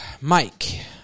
Mike